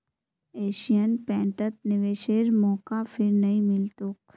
Asian पेंटत निवेशेर मौका फिर नइ मिल तोक